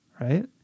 right